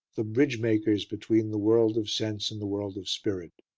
the bridge-makers between the world of sense and the world of spirit.